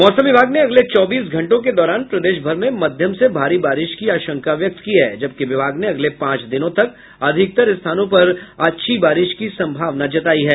मौसम विभाग ने अगले चौबीस घंटों के दौरान प्रदेश भर में मध्यम से भारी बारिश की आशंका व्यक्त की है जबकि विभाग ने अगले पांच दिनों तक अधिकतर स्थानों पर अच्छी बारिश की संभावना जतायी है